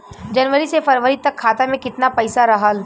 जनवरी से फरवरी तक खाता में कितना पईसा रहल?